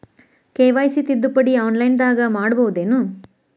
KYC ತಿದ್ದುಪಡಿ ಆನ್ಲೈನದಾಗ್ ಮಾಡ್ಬಹುದೇನು?